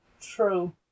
True